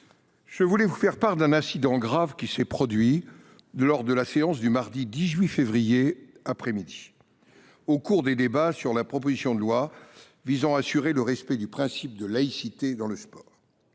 je voulais vous faire part d’un incident grave qui s’est produit lors de la séance du mardi 18 février après midi, au cours des débats sur la proposition de loi visant à assurer le respect du principe de laïcité dans le sport.